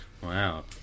Wow